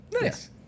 Nice